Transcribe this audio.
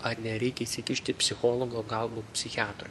ar nereikia įsikišti psichologui o galbūt psichiatrui